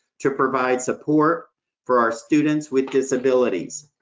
to provide support for our students with disabilities.